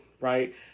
Right